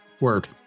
Word